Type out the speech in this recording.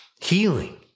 Healing